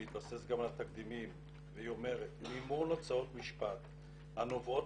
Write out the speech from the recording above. בהתבסס על התקדימים והיא אומרת שמימון הוצאות משפט הנובעות